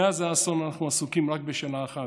מאז האסון אנחנו עסוקים רק בשאלה אחת: